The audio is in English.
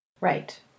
Right